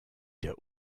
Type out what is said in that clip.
der